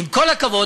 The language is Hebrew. עם כל הכבוד,